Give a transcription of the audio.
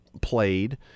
played